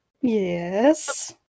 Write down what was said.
Yes